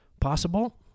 possible